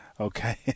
Okay